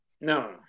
No